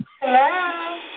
Hello